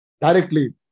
Directly